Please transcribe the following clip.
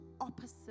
opposite